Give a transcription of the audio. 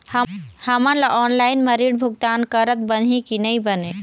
हमन ला ऑनलाइन म ऋण भुगतान करत बनही की नई बने?